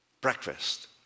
breakfast